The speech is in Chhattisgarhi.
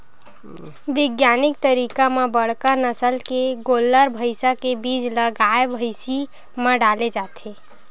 बिग्यानिक तरीका म बड़का नसल के गोल्लर, भइसा के बीज ल गाय, भइसी म डाले जाथे